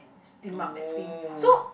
oh